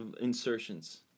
insertions